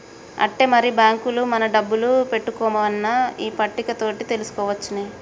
ఆట్టే మరి బాంకుల మన డబ్బులు పెట్టుకోవన్నో ఈ పట్టిక తోటి తెలుసుకోవచ్చునే